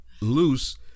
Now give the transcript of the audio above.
loose